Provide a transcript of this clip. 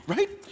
Right